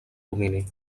domini